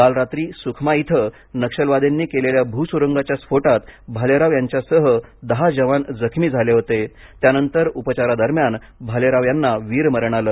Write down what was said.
कालरात्री सुखमा इथं नक्षलवाद्यांनी केलेल्या भूसुरुंगाच्या स्फोटात भालेराव यांच्यासह दहा जवान जखमी झाले होते त्यानंतर उपचारादरम्यान भालेराव यांना वीर मरण आलं